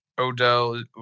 Odell